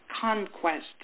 conquest